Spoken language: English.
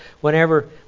Whenever